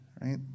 Right